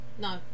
no